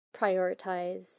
prioritize